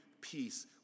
peace